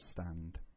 stand